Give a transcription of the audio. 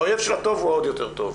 האויב של הטוב הוא עוד יותר טוב.